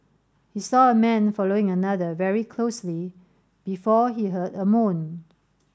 he saw a man following another very closely before he heard a moan